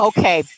Okay